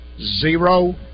Zero